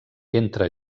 entra